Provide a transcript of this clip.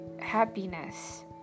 happiness